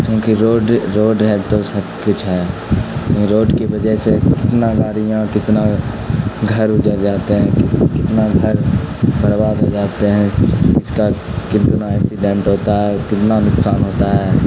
کیونکہ road road ہے تو سب کچھ ہے کیوں روڈ کی وجہ سے کتنا گاڑیاں کتنا گھر اجڑ جاتے ہیں کسی کتنا گھر برباد ہو جاتے ہیں اس کا کتنا ایکسیڈینٹ ہوتا ہے کتنا نقصان ہوتا ہے